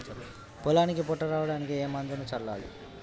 పొలానికి పొట్ట రావడానికి ఏ మందును చల్లాలి?